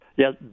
Yes